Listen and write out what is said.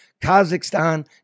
Kazakhstan